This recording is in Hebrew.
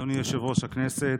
אדוני יושב-ראש הכנסת,